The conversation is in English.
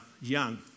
young